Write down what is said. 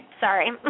Sorry